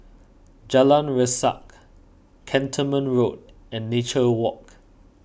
Jalan Resak Cantonment Road and Nature Walk